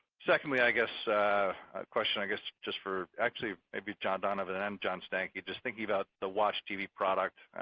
secondly i guess question i guess just for actually maybe john donovan and john stankey, just thinking about the watchtv product,